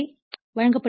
supply வழங்கப்படுகிறது